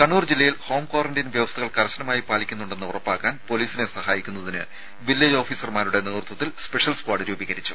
കണ്ണൂർ ജില്ലയിൽ home quarantine വ്യവസ്ഥകൾ കർശനമായി പാലിക്കുന്നുണ്ടെന്ന് ഉറപ്പാക്കാൻ പൊലീസിനെ സഹായിക്കുന്നതിന് വില്ലേജ് ഓഫീസർമാരുടെ നേതൃത്വത്തിൽ സ്പെഷ്യൽ സ്ക്വാഡ് രൂപീകരിച്ചു